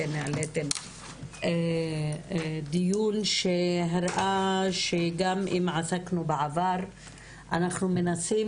אתם העליתם דיון שהראה שגם אם עסקנו בעבר אנחנו מנסים,